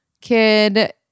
kid